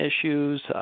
issues